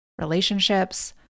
relationships